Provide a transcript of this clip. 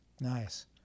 Nice